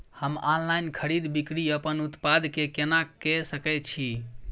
हम ऑनलाइन खरीद बिक्री अपन उत्पाद के केना के सकै छी?